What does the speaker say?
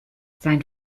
sein